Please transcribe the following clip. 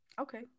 Okay